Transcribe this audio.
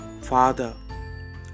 Father